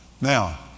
Now